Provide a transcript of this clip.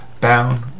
bound